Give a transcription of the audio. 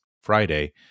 friday